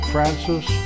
Francis